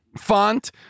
font